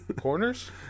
Corners